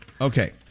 Okay